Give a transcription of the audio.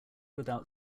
without